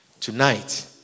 Tonight